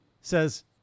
says